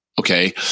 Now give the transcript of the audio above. Okay